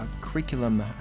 curriculum